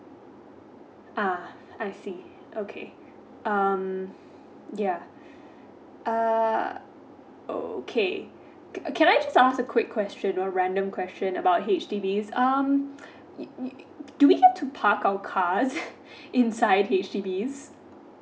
uh I see okay um ya uh okay can I just ask a quick question or random question about H_D_B um do we have to park our cars inside H_D_B's